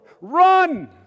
Run